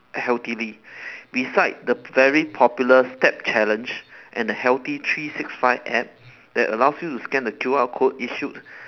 healthily besides the very popular step challenge and the healthy three six five app that allows you to scan the Q_R code issued